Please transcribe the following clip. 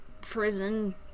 prison